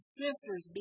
sisters